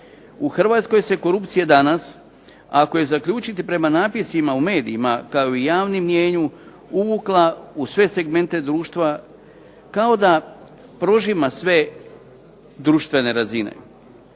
U Hrvatskoj se korupcija danas, ako je zaključiti prema napisima u medijima ko i u javnom mnijenju uvukla u sve segmente društva, kao da prožima sve društvene razine.